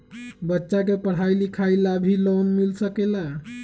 बच्चा के पढ़ाई लिखाई ला भी लोन मिल सकेला?